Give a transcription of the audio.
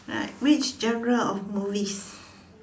which genre of movies